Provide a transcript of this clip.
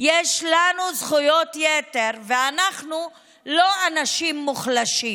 יש לנו זכויות יתר, ואנחנו לא אנשים מוחלשים,